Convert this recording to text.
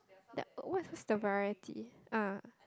the what's what's the variety ah